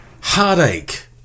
heartache